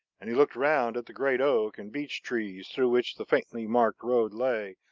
and he looked round at the great oak and beech trees through which the faintly marked road lay,